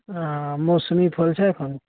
हँ मौसमी फल छै एखन